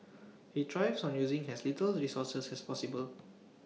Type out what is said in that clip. he thrives on using as little resources as possible